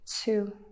two